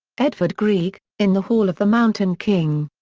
edvard grieg in the hall of the mountain king.